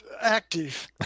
active